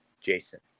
Jason